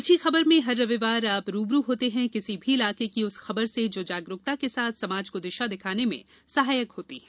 अच्छी खबर में हर रविवार आप रुबरु होते है किसी भी इलाके की उस खबर से जो जागरुकता के साथ समाज को दिशा दिखाने में सहायक होती है